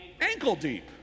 ankle-deep